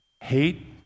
hate